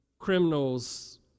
Criminals